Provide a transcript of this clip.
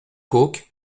coke